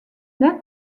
net